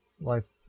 life